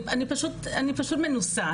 אני פשוט מנוסה,